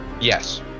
Yes